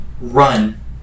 Run